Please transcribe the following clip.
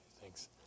Thanks